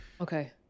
Okay